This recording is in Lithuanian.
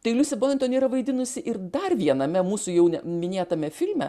tai liusi bointon yra vaidinusi ir dar viename mūsų jau minėtame filme